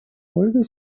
ольга